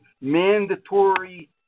mandatory